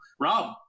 Rob